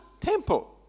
temple